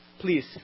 Please